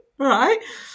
right